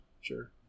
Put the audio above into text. sure